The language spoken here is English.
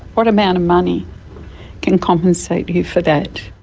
what amount of money can compensate you for that?